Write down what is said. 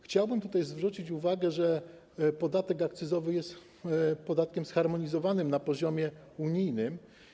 Chciałbym zwrócić uwagę na to, że podatek akcyzowy jest podatkiem zharmonizowanym na poziomie unijnym.